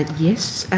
yes.